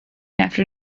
after